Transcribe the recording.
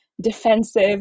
defensive